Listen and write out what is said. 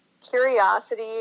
curiosity